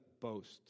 boast